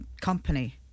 company